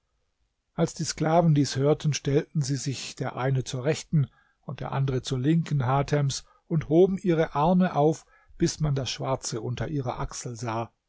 als die sklaven dies hörten stellten sie sich der eine zur rechten und der andere zur linken hatems und hoben ihre arme auf bis man das schwarze unter ihrer achsel sah